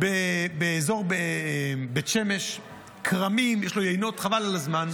באזור בית שמש, כרמים, יש לו יינות, חבל על הזמן.